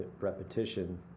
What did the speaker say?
repetition